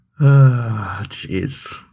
Jeez